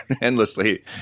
endlessly